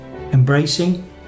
embracing